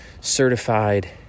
certified